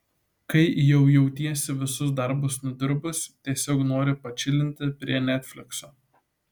kai jau jautiesi visus darbus nudirbus tiesiog nori pačilinti prie netflikso